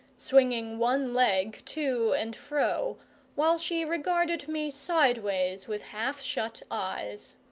swinging one leg to and fro while she regarded me sideways with half-shut eyes.